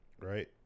right